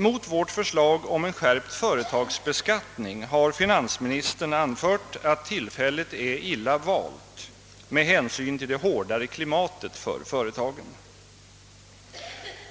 Mot vårt förslag om en skärpt företagsbeskattning har finansministern anfört att tillfället är illa valt med hänsyn till det hårdare klimatet för företagarna.